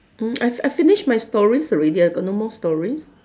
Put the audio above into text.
mm I I finish my stories already I got no more stories